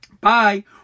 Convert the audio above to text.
Bye